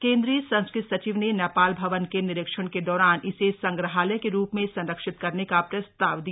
केंद्रीय संस्कृति सचिव ने नेपाल भवन के निरीक्षण के दौरान इसे संग्रहालय के रूप में संरक्षित करने का प्रस्ताव दिया